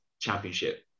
championship